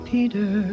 Peter